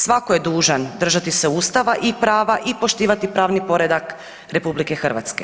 Svatko je držati se Ustava i prava i poštivati pravni poredak RH.